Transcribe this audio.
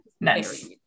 Nice